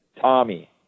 Tommy